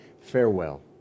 farewell